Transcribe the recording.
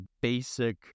basic